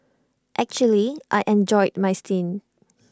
actually I enjoyed my stint